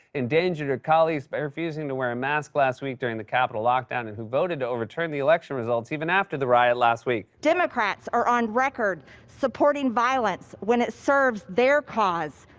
endangered her colleagues by refusing to wear a mask last week during the capitol lockdown, and who voted to overturn the election results even after the riot last week. democrats are on record supporting violence when it serves their cause,